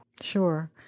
Sure